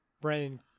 Brandon